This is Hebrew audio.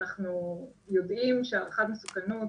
אנחנו יודעים שהערכת מסוכנת